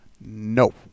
No